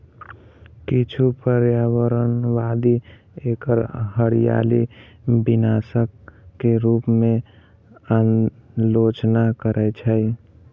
किछु पर्यावरणवादी एकर हरियाली विनाशक के रूप मे आलोचना करै छै